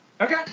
Okay